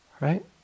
Right